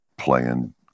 playing